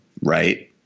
Right